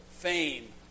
fame